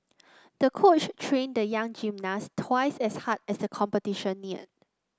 the coach trained the young gymnast twice as hard as the competition neared